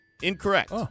Incorrect